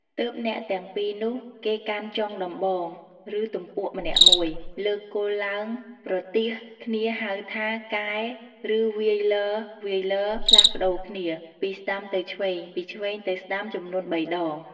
ទើបអ្នកទាំង ២នោះគេកាន់ចុងដំបង ឬទំពក់ម្នាក់មួយ លើកគល់ឡើងប្រទាសគ្នាហៅថា កែ គឺវាយលៗផ្លាស់ប្តូរគ្នា ពីស្តាំទៅឆ្វេង ពីឆ្វេងទៅស្តាំ ចំនួន ៣ ដង។